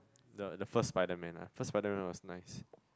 the the first Spiderman ah first Spiderman was nice